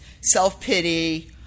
self-pity